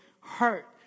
hurt